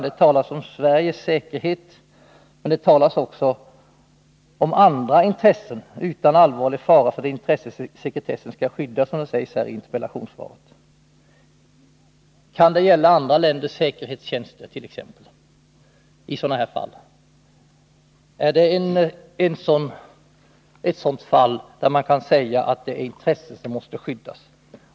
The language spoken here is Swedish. Det talas om Sveriges säkerhet, men det talas också om andra intressen — ”utan allvarlig fara för det intresse sekretessen skall skydda”, som det sägs i interpellationssvaret. Kan det t, ex. gälla andra länders säkerhetstjänster i sådana här fall? Kan man då säga att det är ett intresse som måste skyddas?